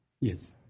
Yes